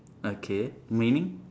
okay meaning